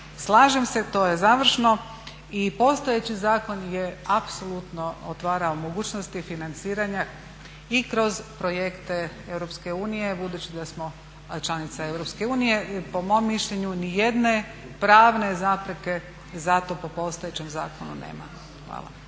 slažem se to je završno, i postojeći zakon je apsolutno otvarao mogućnosti financiranja i kroz projekte EU, budući da smo članica EU, po mom mišljenju nijedne pravne zapreke za to po postojećem zakonu nema. Hvala.